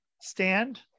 Stand